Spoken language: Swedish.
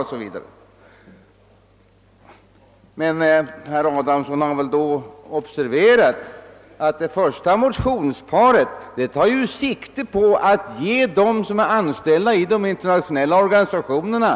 Herr Adamsson har väl observerat att de förstnämnda motionerna tar sikte på att göra ett undantag från femårsregeln för dem som är anställda i de internationella organisationerna.